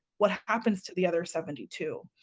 what happens to the other seventy two?